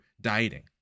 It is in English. dieting